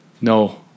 No